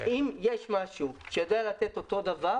אם יש משהו שיודע לתת אותו דבר